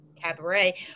Cabaret